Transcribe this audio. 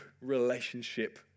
relationship